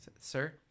Sir